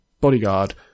bodyguard